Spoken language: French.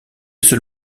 seul